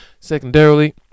secondarily